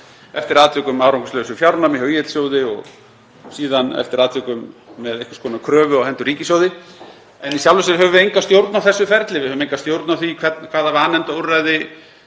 eftir atvikum árangurslausu fjárnámi hjá ÍL-sjóði og síðan eftir atvikum með einhvers konar kröfu á hendur ríkissjóði. En í sjálfu sér höfum við enga stjórn á þessu ferli. Við höfum enga stjórn á því hvernig hvaða vanefndaúrræði